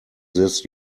this